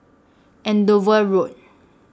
Andover Road